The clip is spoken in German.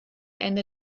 ende